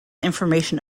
information